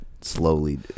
Slowly